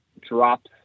drops